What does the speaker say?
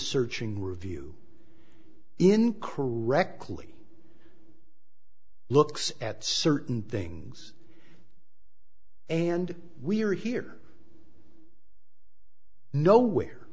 searching review in correctly looks at certain things and we're here nowhere